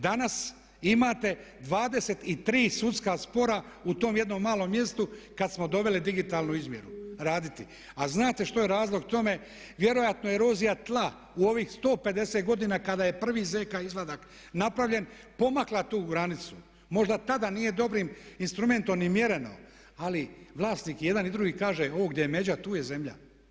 Danas imate 23 sudska spora u tom jednom malom mjestu kad smo doveli digitalnu izmjeru raditi a znate što je razlog tome, vjerojatno erozija tla u ovih 150 godina kada je prvi ZK izvadak napravljen pomakla tu granicu, možda tada nije dobrim instrumentom ni mjereno, ali vlasnik i jedan i drugi kaže, ovdje gdje je međa tu je zemlja.